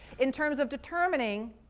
in terms of determining